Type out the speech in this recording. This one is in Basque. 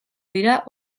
dira